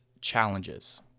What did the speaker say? challenges